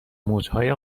موجهای